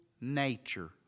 nature